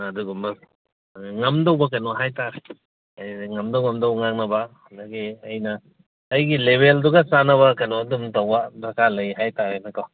ꯑꯗꯨꯒꯨꯝꯕ ꯉꯝꯗꯧꯕ ꯀꯩꯅꯣ ꯍꯥꯏꯇꯥꯔꯦ ꯍꯥꯏꯗꯤ ꯉꯝꯗꯧ ꯉꯝꯗꯧ ꯉꯥꯡꯅꯕ ꯑꯗꯒꯤ ꯑꯩꯅ ꯑꯩꯒꯤ ꯂꯦꯚꯦꯜꯗꯨꯒ ꯆꯥꯟꯅꯕ ꯀꯩꯅꯣ ꯑꯗꯨꯝ ꯇꯧꯕ ꯗꯔꯀꯥꯔ ꯂꯩ ꯍꯥꯏꯇꯥꯔꯦꯅꯦꯀꯣ